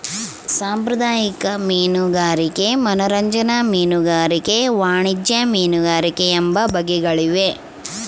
ಸಾಂಪ್ರದಾಯಿಕ ಮೀನುಗಾರಿಕೆ ಮನರಂಜನಾ ಮೀನುಗಾರಿಕೆ ವಾಣಿಜ್ಯ ಮೀನುಗಾರಿಕೆ ಎಂಬ ಬಗೆಗಳಿವೆ